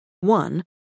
One